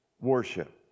worship